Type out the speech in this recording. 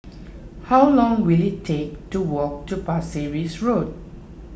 how long will it take to walk to Pasir Ris Road